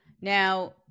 Now